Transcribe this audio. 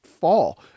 fall